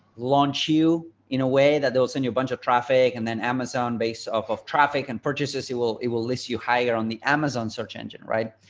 launch you in a way that they'll send you a bunch of traffic and then amazon based off of traffic and purchases, you will it will lift you higher on the amazon search engine, right.